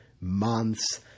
months